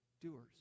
doers